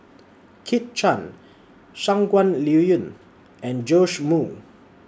Kit Chan Shangguan Liuyun and Joash Moo